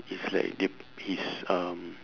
it's like they his um